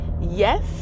yes